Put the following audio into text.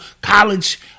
college